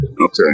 Okay